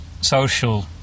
social